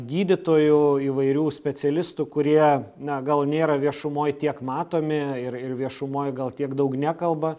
gydytojų įvairių specialistų kurie na gal nėra viešumoj tiek matomi ir ir viešumoj gal tiek daug nekalba